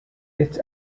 its